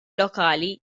lokali